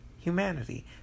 humanity